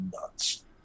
nuts